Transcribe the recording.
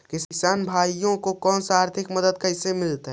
किसान भाइयोके कोन से आर्थिक मदत कैसे मीलतय?